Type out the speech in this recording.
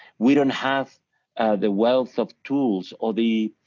we don't have the wealth of tools or the